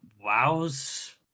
WoW's